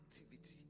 activity